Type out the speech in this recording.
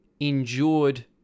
endured